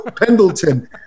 Pendleton